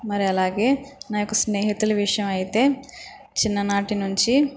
మరి అలాగే నా యొక్క స్నేహితులు విషయం అయితే చిన్ననాటి నుంచి